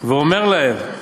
ואומר להם,